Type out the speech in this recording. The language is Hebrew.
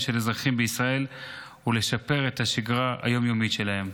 של אזרחים בישראל ולשפר את השגרה היום-יומית שלהם.